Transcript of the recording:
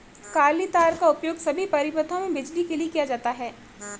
काली तार का उपयोग सभी परिपथों में बिजली के लिए किया जाता है